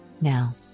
now